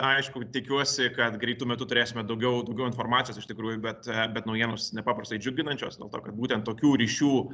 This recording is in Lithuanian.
aišku tikiuosi kad greitu metu turėsime daugiau daugiau informacijos iš tikrųjų bet bet naujienos nepaprastai džiuginančios dėl to kad būtent tokių ryšių